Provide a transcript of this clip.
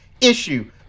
issue